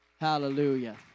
Hallelujah